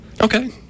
Okay